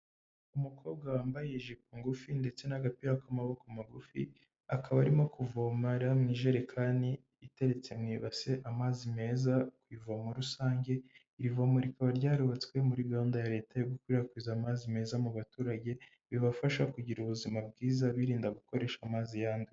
Umukobwa wambaye ijipo ngufi ndetse n'agapira k'amaboko magufi, akaba arimo kuvoma mu ijerekani iteretse mu ibase amazi meza ku ivomo rusange. Iri vomo rikaba ryarubatswe muri gahunda ya leta yo gukwirakwiza amazi meza mu baturage, bibafasha kugira ubuzima bwiza birinda gukoresha amazi yanduye.